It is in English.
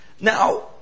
Now